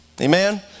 Amen